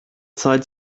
zeit